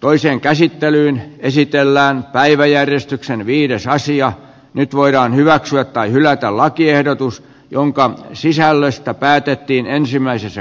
toiseen käsittelyyn esitellään päiväjärjestyksen viides asia nyt voidaan hyväksyä tai hylätä lakiehdotus jonka sisällöstä päätettiin ensimmäisessä